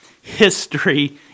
History